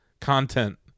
content